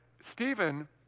Stephen